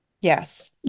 yes